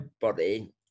body